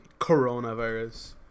coronavirus